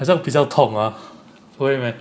好像比较痛 ah 不会 meh